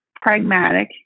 pragmatic